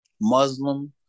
Muslim